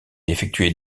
effectuait